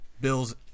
Bill's